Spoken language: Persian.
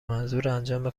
منظورانجام